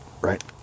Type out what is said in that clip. right